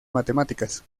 matemáticas